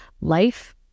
life